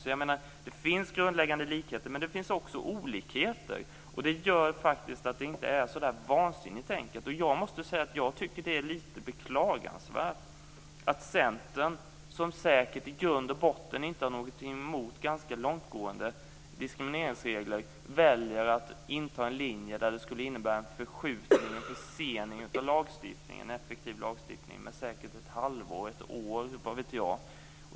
Så det finns grundläggande likheter, men det finns också olikheter, och det gör faktiskt att det inte är så där vansinnigt enkelt. Jag måste säga att jag tycker att det är lite beklagansvärt att Centern, som säkert i grund och botten inte har någonting emot ganska långtgående diskrimineringsregler, väljer en linje som skulle innebära en förskjutning och en försening av en effektiv lagstiftning med säkert ett halvår eller ett år, vad vet jag.